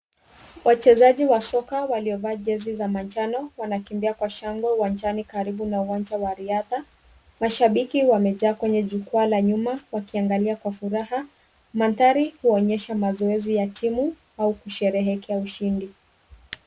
Wachezaji wa soka waliovaa jezi za manjano wanakimbia kwa shangwe uwanjani karibu na uwanja wa riadha. Mashabiki wamejaa kwenye jukwaa la nyuma wakiangalia kwa furaha. Mandhari huonyesha mazoezi ya timu au kusherehekea ushindi.